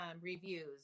reviews